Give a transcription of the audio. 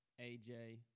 AJ